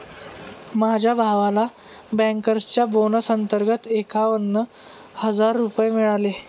माझ्या भावाला बँकर्सच्या बोनस अंतर्गत एकावन्न हजार रुपये मिळाले